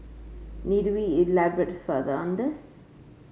need we elaborate further on this